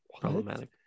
Problematic